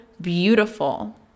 beautiful